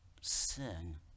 sin